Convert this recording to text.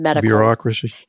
Bureaucracy